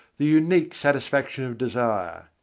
the unique satisfaction of desire.